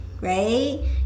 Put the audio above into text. right